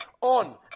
on